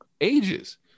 ages